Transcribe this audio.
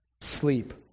sleep